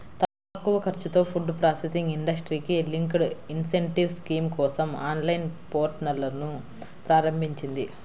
తక్కువ ఖర్చుతో food processing ఇండస్ట్రీకి లింక్డ్ ఇన్సెంటివ్ స్కీమ్ కోసం ఆన్లైన్ పోర్టల్ను ప్రారంభించింది